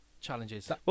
challenges